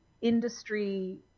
industry